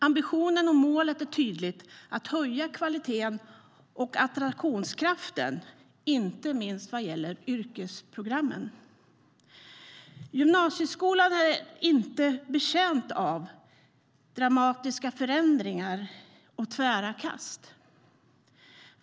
Ambitionen och målet är tydligt: att höja kvaliteten och attraktionskraften, inte minst vad gäller yrkesprogrammen. Gymnasieskolan är dock inte betjänt av dramatiska förändringar och tvära kast.